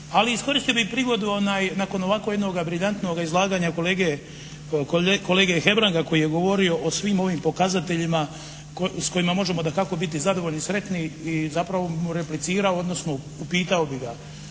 iskoristio bih i prigodu nakon ovako jednoga briljantnoga izlaganja kolege Hebranga koji je govorio o svim ovim pokazateljima s kojima možemo dakako biti zadovoljni i sretni i zapravo bih mu replicirao odnosno upitao bih ga,